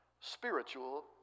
Spiritual